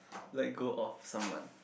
let go of someone